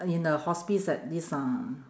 in a hospice at this uh